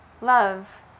love